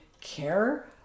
care